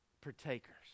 partakers